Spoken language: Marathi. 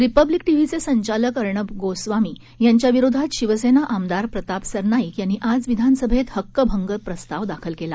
रिपब्लिक टीव्हीचे संचालक अर्णब गोस्वामी यांच्याविरोधात शिवसेना आमदार प्रताप सरनाईक यांनी आज विधानसभेत हक्कभंग प्रस्ताव दाखल केला